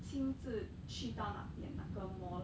亲自去到那边那个 mall